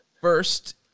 First